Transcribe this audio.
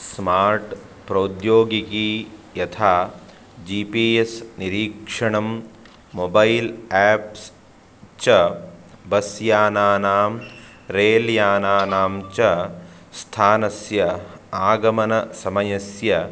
smart प्रौद्योगिकी यथा G P S निरीक्षणं मोबैल् एप्स् च बस् यानानां रेल् यानानां च स्थानस्य आगमनसमयस्य